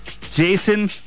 Jason